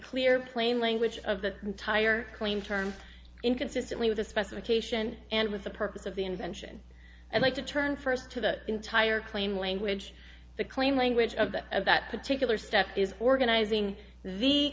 clear plain language of the entire claim term inconsistently with the specification and with the purpose of the invention i'd like to turn first to the entire claim language the claim language of that of that particular step is organizing the